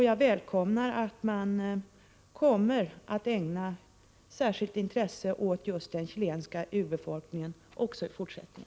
Jag välkomnar att regeringen kommer att ägna särskilt intresse åt just den chilenska urbefolkningen även i fortsättningen.